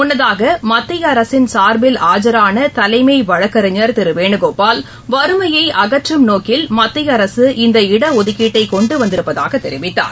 முன்னதாகமத்திய அரசின் சார்பில் ஆஜரானதலைமைவழக்கறிஞர் திருவேணுகோபால் வறுமையைஅகற்றும் நோக்கில் மத்தியஅரசு இந்த இடஒதுக்கீட்டைகொண்டுவந்திருப்பதாகதெரிவித்தார்